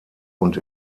und